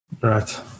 Right